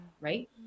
Right